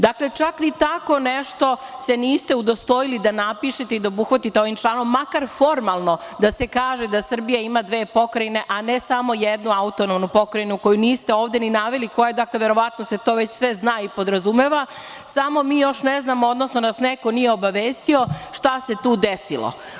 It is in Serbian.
Dakle, čak ni tako nešto se niste udostojili da napišete i da obuhvatite ovim članom, makar formalno da se kaže da Srbija ima dve pokrajine, a ne samo jednu AP koju niste ovde ni naveli, verovatno se to već sve zna i podrazumeva, samo mi još ne znamo, odnosno neko nas nije obavestio šta se tu desilo.